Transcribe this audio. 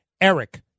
Eric